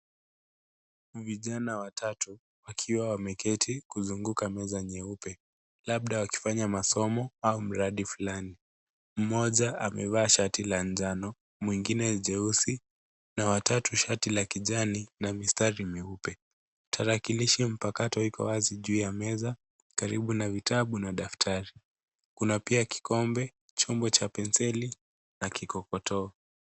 Vijana watatu wakiwa wameketi kuzunguka meza nyeupe, labda wakifanya masomo au mradi fulani. Mmoja amevaa shati la njano, mwengine jeusi na wa tatu shati la kijani na mistari mieupe. Tarakilishi mpakato iko wazi juu ya meza karibu na vitabu na daftari. Kuna pia kikombe, chombo cha penseli na kikotoo.